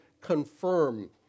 confirm